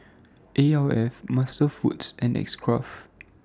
Alf MasterFoods and X Craft